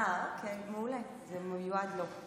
אוקיי, מעולה, זה מיועד לו.